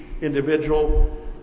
individual